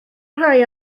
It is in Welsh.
rhai